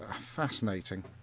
fascinating